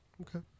Okay